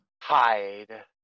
hide